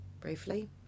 briefly